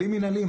כלים מנהליים.